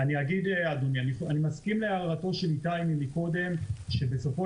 אני מסכים להערתו של איתי קודם שבסופו